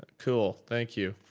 cool, thank you,